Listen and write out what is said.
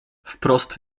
wprost